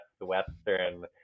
Western